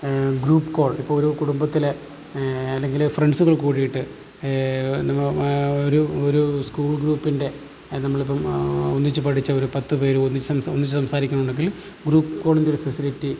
group call ഇപ്പോൾ ഒരു കുടുംബത്തിലെ അല്ലെങ്കിൽ ഫ്രണ്ട്സുകൾ കൂടിയിട്ട് നമ്മൾ ഒരു ഒരു സ്കൂൾ ഗ്രൂപ്പിൻ്റെ നമ്മളിപ്പം ഒന്നിച്ച് പഠിച്ച ഒരു പത്തുപേർ ഒന്നിച്ച് സംസാരിക്കുന്നുണ്ടെങ്കിൽ ഗ്രൂപ്പ് കോളിൻ്റെ ഒരു ഫെസിലിറ്റി